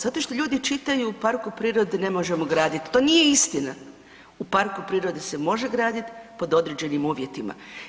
Zato što ljudi čitaju u parku prirode ne možemo graditi, to nije istina, u parku prirode se može graditi pod određenim uvjetima.